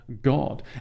God